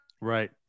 right